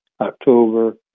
October